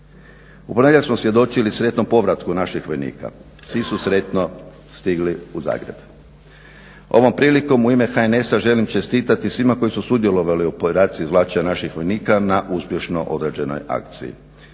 U ponedjeljak smo svjedočili sretnom povratku naših vojnika, svi su sretno stigli u Zagreb. Ovom prilikom u ime HNS-a želim čestitati svima koji su sudjelovali u operaciji izvlačenja naših vojnika na uspješno odrađenoj akciji.